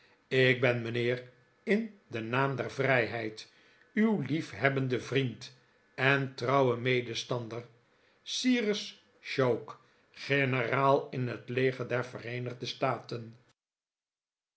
ik ben mijnheer in den naam der vrijheid uw liefhebbende vriend en trouwe medestander cyrus choke generaal in het leger der vereenigde staten